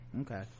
okay